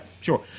sure